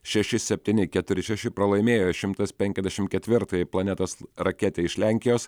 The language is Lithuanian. šeši septyni keturi šeši pralaimėjo šimtas penkiasdešimt ketvirtajai planetos raketei iš lenkijos